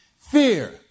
Fear